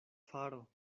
faro